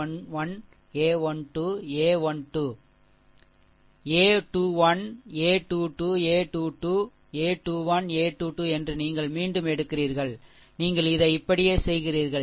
a 21 a 2 2 a 2 2 a 21 a 2 2 என்று நீங்கள் மீண்டும் எடுக்கிறீர்கள் நீங்கள் இதை இப்படியே செய்கிறீர்கள்